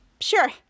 sure